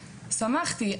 שמחתי,